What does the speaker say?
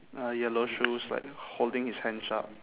ah yellow shoes like holding his hands up